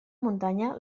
muntanya